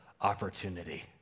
opportunity